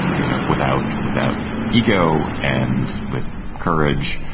you know, without without ego and with courage.